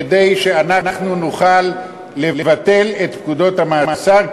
כדי שנוכל לבטל את פקודת המאסר,